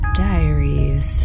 diaries